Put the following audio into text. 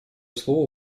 слово